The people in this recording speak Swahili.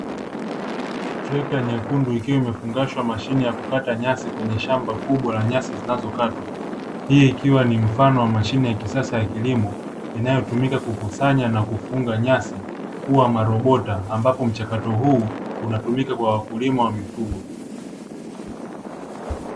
Trekta nyekundu ikiwa imefungashwa mashine ya kukata nyasi kwenye shamba kubwa la nyasi zinazokatwa. hii ikiwa ni mfano wa mashine ya kisasa ya kilimo inayotumika kukusanya na kufunga nyasi kuwa marobota, ambapo mchakato huu unatumika kwa wakulima wa mifugo.